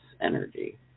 energy